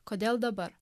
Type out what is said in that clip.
kodėl dabar